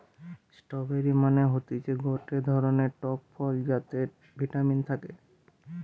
strawberry মানে হতিছে গটে ধরণের টক ফল যাতে ভিটামিন থাকে